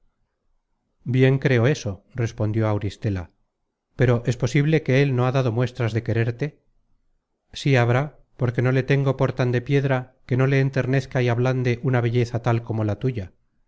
bien creo eso respondió auristela pero es posible que él no ha dado muestras de quererte sí habrá porque no le tengo por tan de piedra que no le enternezca y ablande una belleza tal como la tuya